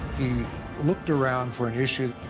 he looked around for an issue,